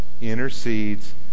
intercedes